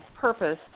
purpose